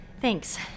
Thanks